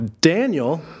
Daniel